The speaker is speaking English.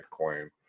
bitcoin